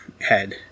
head